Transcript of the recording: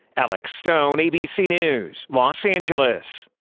alex stone, abc news, los angeles.